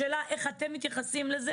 השאלה היא איך אתם מתייחסים לזה